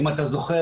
אם אתה זוכר,